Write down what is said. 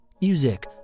Music